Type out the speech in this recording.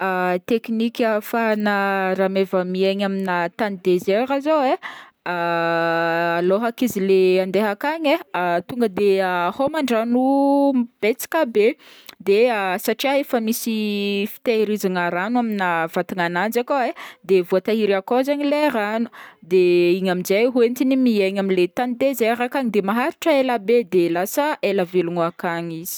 Teknika ahafahana rameva miaigny aminà tany desert zao ai alôhak'izy le andeha akagny ai tonga de hôman-drano betsaka be de satria efa misy fitahirizagna rano aminà vatagna ananjy akao ai de voatahiry akao zaigny le rano de igny aminjay hoentigny miaigna am'le tany desert ankagny de maharitra elabe de lasa ela velogno ankagny izy.